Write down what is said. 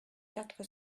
quatre